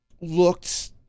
looked